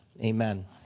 Amen